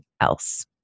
else